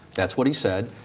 that's what he said.